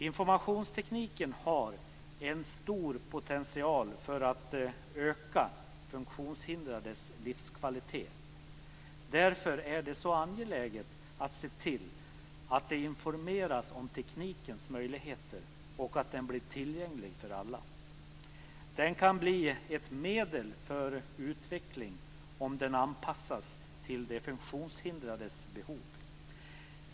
Informationstekniken har en stor potential för att öka funktionshindrades livskvalitet. Därför är det så angeläget att se till att det informeras om teknikens möjligheter och att denna blir tillgänglig för alla. Den kan bli ett medel för utveckling om den anpassas till de funktionshindrades behov.